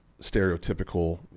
stereotypical